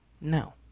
no